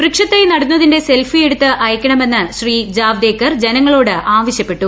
വൃക്ഷത്തൈ നടുന്നതിന്റെ സെൽഫി എടുത്ത് അയയ്ക്കണമെന്ന് ശ്രീ ജാവ്ദേക്കർ ജനങ്ങളോട് ആവശ്യപ്പെട്ടു